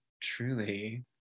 truly